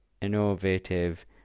innovative